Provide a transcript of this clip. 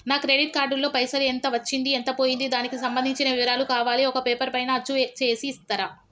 నా credit card లో పైసలు ఎంత వచ్చింది ఎంత పోయింది దానికి సంబంధించిన వివరాలు కావాలి ఒక పేపర్ పైన అచ్చు చేసి ఇస్తరా?